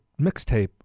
mixtape